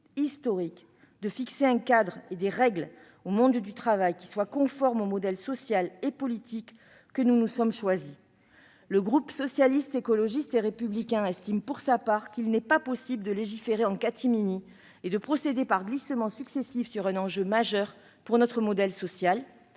historique, de fixer un cadre et des règles au monde du travail qui soient conformes au modèle social et politique que nous nous sommes choisi. Le Groupe Socialiste, Écologiste et Républicain estime pour sa part qu'il n'est pas possible de légiférer en catimini et de procéder par glissements successifs sur un enjeu majeur pour notre modèle social.